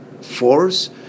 force